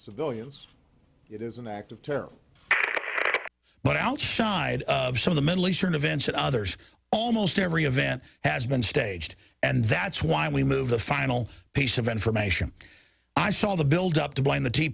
civilians it is an act of terror but outside of the middle eastern events and others almost every event has been staged and that's why we move the final piece of information i saw the build up to blame the tea